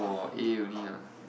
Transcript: got A only ah